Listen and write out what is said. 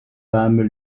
âmes